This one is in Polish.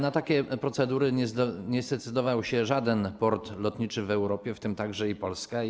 Na takie procedury nie zdecydował się żaden port lotniczy w Europie, w tym także w Polsce.